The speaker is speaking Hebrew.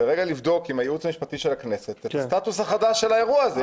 רגע לבדוק עם הייעוץ המשפטי של הכנסת את הסטטוס החדש של האירוע הזה.